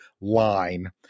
line